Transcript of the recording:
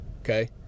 okay